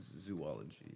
Zoology